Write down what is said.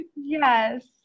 Yes